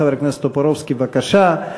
חבר הכנסת טופורובסקי, בבקשה.